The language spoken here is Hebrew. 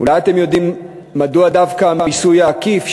אולי אתם יודעים מדוע דווקא המיסוי העקיף,